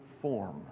form